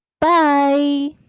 bye